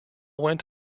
went